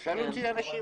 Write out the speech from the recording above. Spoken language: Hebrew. אפשר להוציא אנשים.